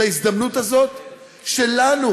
את ההזדמנות הזאת שלנו